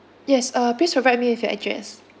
yes uh please provide me with your address